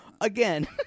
Again